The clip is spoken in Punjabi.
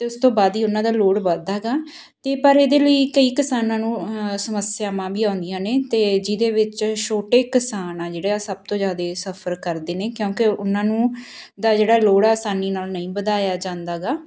ਅਤੇ ਉਸ ਤੋਂ ਬਾਅਦ ਹੀ ਉਹਨਾਂ ਦਾ ਲੋਡ ਵਧਦਾ ਗਾ ਅਤੇ ਪਰ ਇਹਦੇ ਲਈ ਕਈ ਕਿਸਾਨਾਂ ਨੂੰ ਸਮੱਸਿਆਵਾਂ ਵੀ ਆਉਂਦੀਆਂ ਨੇ ਅਤੇ ਜਿਹਦੇ ਵਿੱਚ ਛੋਟੇ ਕਿਸਾਨ ਹੈ ਜਿਹੜਾ ਸਭ ਤੋਂ ਜ਼ਿਆਦਾ ਸਫਰ ਕਰਦੇ ਨੇ ਕਿਉਂਕਿ ਉਹਨਾਂ ਨੂੰ ਦਾ ਜਿਹੜਾ ਲੋਡ ਆ ਅਸਾਨੀ ਨਾਲ ਨਹੀਂ ਵਧਾਇਆ ਜਾਂਦਾ ਗਾ